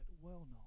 well-known